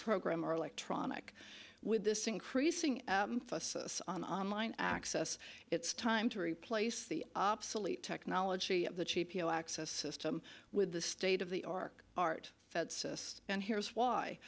program are electronic with this increasing emphasis on online access it's time to replace the obsolete technology of the cheapo access system with the state of the arc art fatsis and here's why